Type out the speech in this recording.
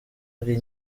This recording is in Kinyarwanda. ari